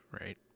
right